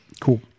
Cool